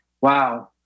wow